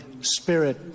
spirit